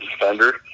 defender